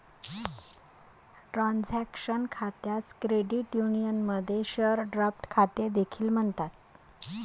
transaction खात्यास credit युनियनमध्ये share draft खाते देखील म्हणतात